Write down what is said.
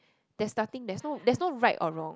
there's nothing there's there's no right or wrong